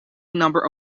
number